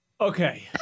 Okay